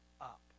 up